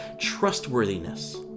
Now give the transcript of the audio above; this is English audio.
trustworthiness